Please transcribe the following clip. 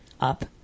Up